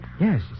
Yes